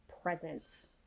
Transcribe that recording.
presence